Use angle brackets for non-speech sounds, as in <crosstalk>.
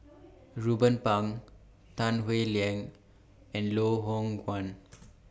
<noise> Ruben Pang Tan Howe Liang and Loh Hoong Kwan